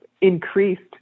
increased